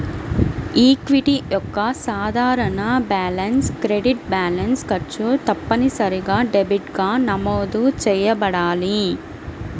equity యొక్క సాధారణ balance credit balance, ఖర్చు తప్పనిసరిగా డెబిట్గా నమోదు చేయబడాలి